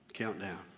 countdown